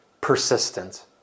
persistent